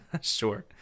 Sure